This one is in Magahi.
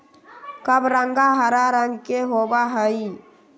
कबरंगा हरा रंग के होबा हई